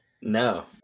No